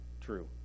true